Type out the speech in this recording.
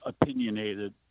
opinionated